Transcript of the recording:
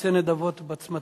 מקבצי נדבות בצמתים.